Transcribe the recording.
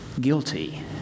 guilty